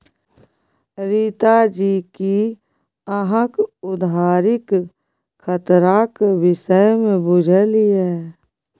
रीता जी कि अहाँक उधारीक खतराक विषयमे बुझल यै?